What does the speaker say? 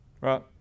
right